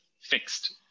fixed